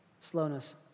slowness